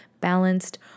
balanced